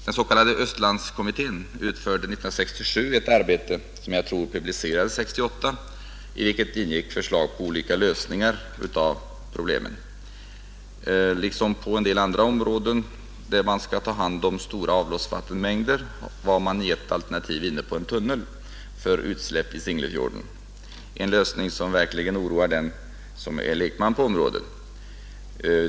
Den s.k. Östlandskommittén utförde år 1967 ett arbete, som jag tror publicerades 1968, i vilket ingick förslag till olika lösningar av problemen. Liksom på en del andra områden där man skall ta hand om stora avloppsvattenmängder gällde ett alternativ en tunnel för utsläpp i Singlefjorden — en lösning som verkligen oroar den som är lekman på området.